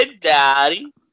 daddy